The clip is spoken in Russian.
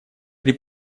при